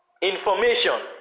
Information